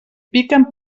piquen